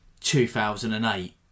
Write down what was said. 2008